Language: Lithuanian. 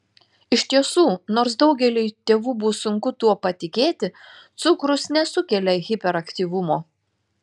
iš tiesų nors daugeliui tėvų bus sunku tuo patikėti cukrus nesukelia hiperaktyvumo